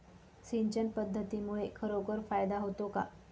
सिंचन पद्धतीमुळे खरोखर फायदा होतो का?